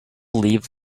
leave